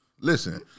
Listen